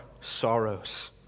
sorrows